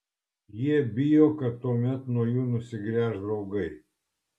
jie bijo kad tuomet nuo jų nusigręš draugai